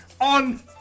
on